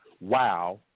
wow